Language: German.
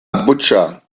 abuja